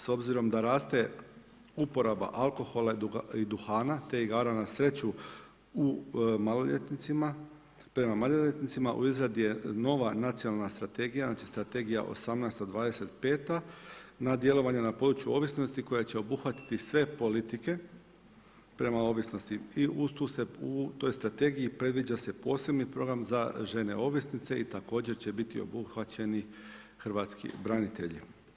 S obzirom da raste uporaba alkohola i duhana te igara na sreću prema maloljetnicima u izradi je nova nacionalna strategija, znači strategija 18 25 na djelovanje na području ovisnosti koja će obuhvatiti sve politike prema ovisnosti i u toj strategiji predviđa se posebni program za žene ovisnice i također će biti obuhvaćeni hrvatski branitelji.